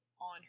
on